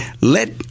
let